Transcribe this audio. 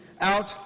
out